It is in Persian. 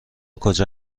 کجا